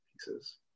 pieces